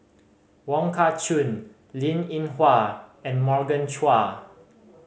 Wong Kah Chun Linn In Hua and Morgan Chua